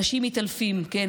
אנשים מתעלפים, כן.